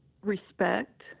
respect